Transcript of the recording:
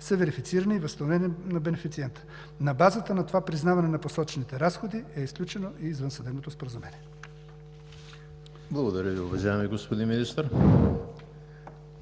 са верифицирани и възстановени на бенефициента. На базата на това признаване на посочените разходи е сключено и извънсъдебното споразумение. ПРЕДСЕДАТЕЛ ЕМИЛ ХРИСТОВ: Благодаря Ви, уважаеми господин Министър.